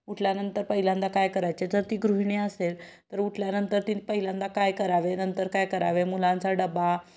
उठल्यानंतर पहिल्यांदा काय करायचे जर ती गृहिणी असेल तर उठल्यानंतर तिनं पहिल्यांदा काय करावे नंतर काय करावे मुलांचा डबा